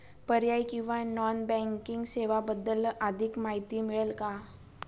पर्यायी किंवा non banking सेवांबद्दल अधिक माहिती मिळेल का?